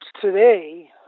today